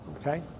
okay